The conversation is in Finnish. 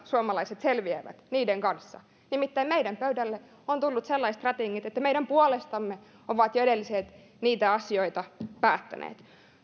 suomalaiset selviävät niiden kanssa nimittäin meidän pöydälle on tullut sellaiset rätingit että meidän puolestamme ovat jo edelliset niitä asioita päättäneet